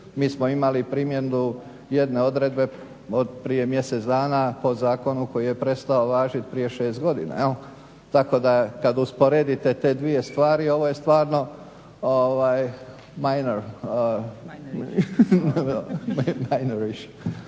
mi smo imali primjenu jedne odredbe od mjesec dana po zakonu koji je prestao važiti prije 6 godina. Tako da kada usporedite te dvije stvari ovo je stvarno …